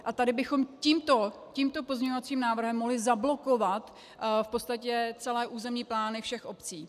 A tady bychom tímto pozměňovacím návrhem mohli zablokovat v podstatě celé územní plány všech obcí.